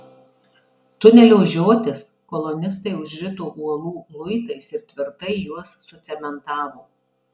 tunelio žiotis kolonistai užrito uolų luitais ir tvirtai juos sucementavo